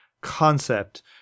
concept